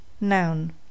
Noun